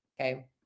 Okay